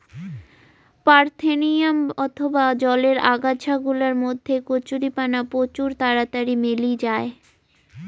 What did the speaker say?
parthenium অথবা জলের আগাছা গুলার মধ্যে কচুরিপানা প্রচুর তাড়াতাড়ি মেলি জায়